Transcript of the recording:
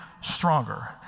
stronger